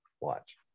Watch